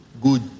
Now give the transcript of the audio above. good